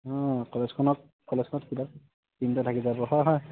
অঁ কলেজখনত কলেজখনত কিবা চিন এটা থাকি যাব হয় হয়